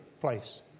place